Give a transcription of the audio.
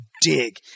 dig